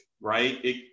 right